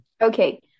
Okay